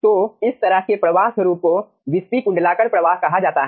तो इस तरह के प्रवाह स्वरूप को विस्पी कुंडलाकार प्रवाह कहा जाता है